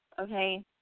Okay